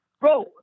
bro